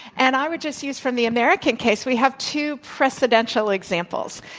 and i would just use from the american case, we have two presidential examples.